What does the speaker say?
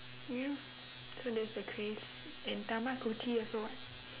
ya so that's the craze and tamagotchi also [what]